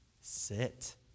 Sit